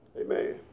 Amen